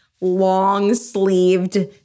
long-sleeved